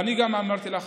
ואני גם אמרתי לך,